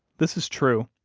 this is true.